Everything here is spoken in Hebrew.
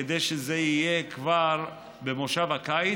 כדי שזה יהיה כבר במושב הקיץ,